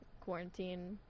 quarantine